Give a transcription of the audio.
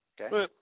Okay